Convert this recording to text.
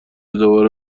دوباره